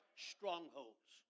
strongholds